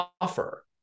offer